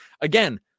Again